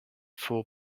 four